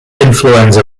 influenza